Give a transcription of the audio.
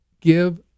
give